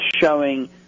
showing